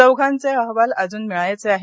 चौघांचे अहवाल अजून मिळायचे आहेत